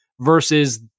versus